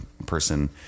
person